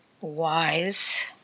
wise